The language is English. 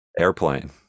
airplane